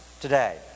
today